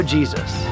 Jesus